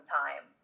time